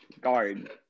Guard